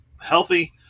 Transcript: healthy